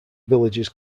villagers